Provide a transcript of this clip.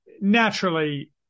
naturally